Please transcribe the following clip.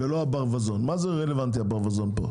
למה הברווזון רלוונטי פה?